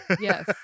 Yes